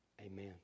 Amen